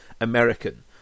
American